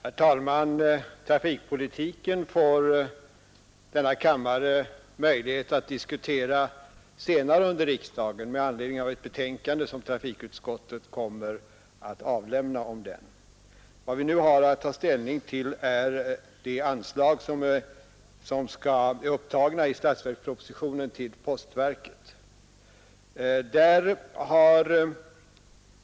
Herr talman! Trafikpolitiken får kammaren möjlighet att diskutera senare under riksdagen med anledning av det betänkande som trafikutskottet kommer att avlämna om den. Vad vi nu har att besluta om är de anslag till postverket som är upptagna i statsverkspropositionen.